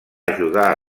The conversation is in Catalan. ajudar